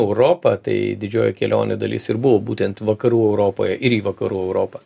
europa tai didžioji kelionių dalis ir buvo būtent vakarų europoje ir į vakarų europą